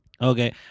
okay